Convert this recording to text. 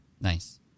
Nice